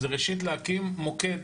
זה ראשית להקים מוקד.